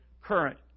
current